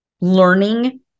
Learning